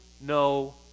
no